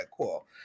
cool